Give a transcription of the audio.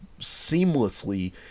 seamlessly